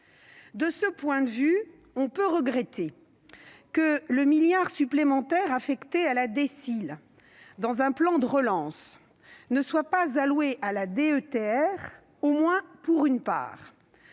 De ce point de vue, on peut regretter que le milliard d'euros supplémentaires affecté à la DSIL dans le plan de relance ne soit pas alloué à la DETR, au moins pour une part